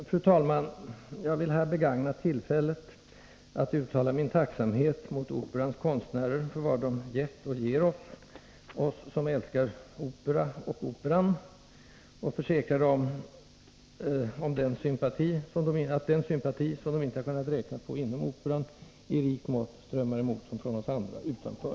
Fru talman! Jag vill här begagna tillfället att uttala min tacksamhet mot Operans konstnärer för vad de gett och ger oss, som älskar opera och Operan, och försäkra dem om att den sympati som de inte har kunnat påräkna inom Operan i rikt mått strömmar emot dem från oss utanför.